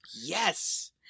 Yes